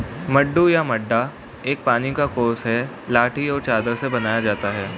मड्डू या मड्डा एक पानी का कोर्स है लाठी और चादर से बनाया जाता है